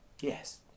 Yes